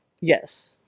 yes